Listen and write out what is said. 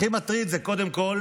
הכי מטריד זה קודם כול